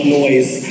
noise